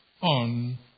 on